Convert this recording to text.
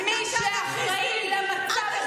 את הבאת לכאן את האנרכיסטים.